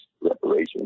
reparations